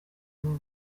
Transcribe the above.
abo